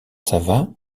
sava